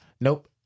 Nope